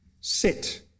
Sit